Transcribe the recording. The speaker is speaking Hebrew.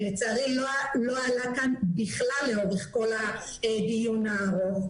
ולצערי לא עלה כאן בכלל לאורך כל הדיון הארוך,